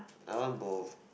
I want both